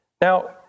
Now